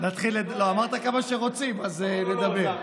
אמרת כמה שרוצים, אז נדבר.